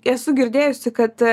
esu girdėjusi kad